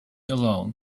alone